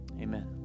Amen